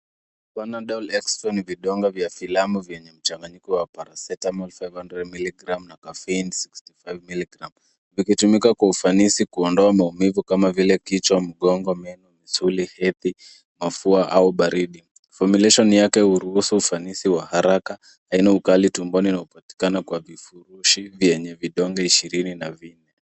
Panadol Extra ni vidonge vya filamu vyenye mchanganyiko wa Paracetamol 500mg na Caffeine 65mg vikitumika kwa ufanisi kuondoa maumivu kama vile kichwa, mgongo, meno, misuli, hedhi, mafua au baridi. Fomulation yake huruhusu ufanisi wa haraka, haina ukali tumboni na hupatikana kwenye vifurushi vyenye vidonge ishirini na vinne.